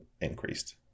increased